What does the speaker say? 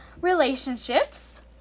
relationships